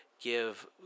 give